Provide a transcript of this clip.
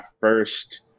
first